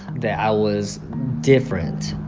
that i was different